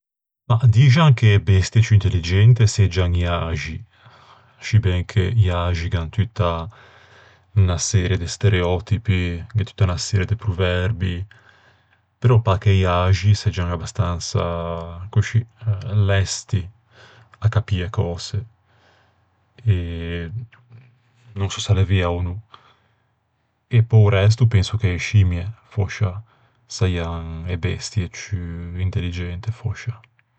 Mah, dixan che e bestie ciù intelligente seggian i axi, sciben che i axi gh'an tutta unna serie de stereòtipi, gh'é tutta unna serie de proverbi. Però pâ che i axi seggian abastansa, coscì, lesti à capî e cöse. No sò s'a l'é vea ò no. E pe-o resto penso che e scimie fòscia saian e bestie ciù intelligente, fòscia.